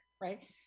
right